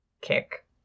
kick